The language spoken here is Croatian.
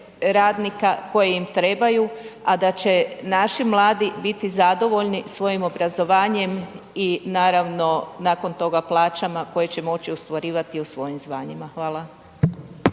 radnika koje im trebaju a da će naši mladi biti zadovoljni svojim obrazovanjem i naravno, nakon toga plaćama koje će moći ostvarivati u svojim zvanjima, hvala.